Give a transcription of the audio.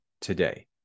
today